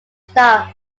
style